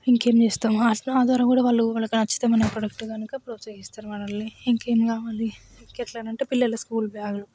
ఇంకేం చేస్తాము నేను ఆసనాల ద్వారా కూడా వాళ్ళు వాళ్ళకి నచ్చితే మన ప్రొడక్ట్ కను క ప్రోత్సహిస్తారు మనల్ని ఇంకేం కావాలి ఇంక ఎట్లానంటే పిల్లల స్కూల్ బ్యాగులు